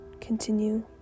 continue